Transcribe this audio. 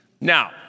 Now